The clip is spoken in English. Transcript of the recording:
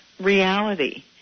reality